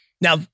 Now